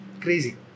crazy